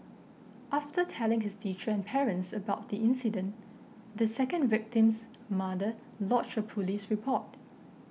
after telling his teacher and parents about the incident the second victim's mother lodged a police report